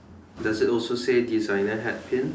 does it also say designer hat pins